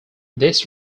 this